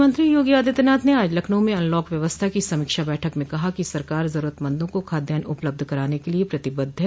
मुख्यमंत्री योगी आदित्यनाथ ने आज लखनऊ में अनलॉक व्यवस्था को समीक्षा बैठक में कहा कि सरकार जरूरतमंदों को खाद्यान उपलब्ध कराने के लिये प्रतिबद्ध है